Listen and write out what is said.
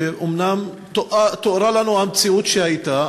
שאומנם תוארה לנו המציאות שהייתה,